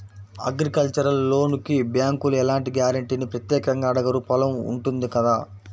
agricultural లోనుకి బ్యేంకులు ఎలాంటి గ్యారంటీనీ ప్రత్యేకంగా అడగరు పొలం ఉంటుంది కదా